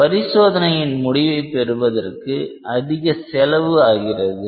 பரிசோதனையின் முடிவைப் பெறுவதற்கு அதிக செலவு ஆகிறது